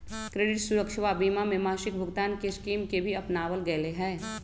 credit सुरक्षवा बीमा में मासिक भुगतान के स्कीम के भी अपनावल गैले है